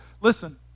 listen